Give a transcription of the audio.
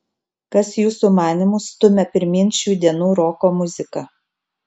kas jūsų manymu stumia pirmyn šių dienų roko muziką